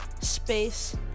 space